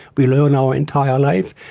we learn our entire life.